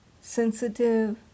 sensitive